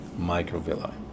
microvilli